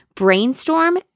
Brainstorm